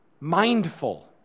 mindful